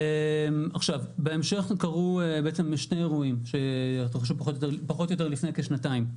בהמשך קרו שני אירועים פחות או יותר לפני כשנתיים.